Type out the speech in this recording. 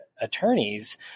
attorneys